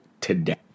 today